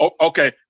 okay